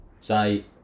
say